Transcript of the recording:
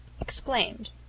exclaimed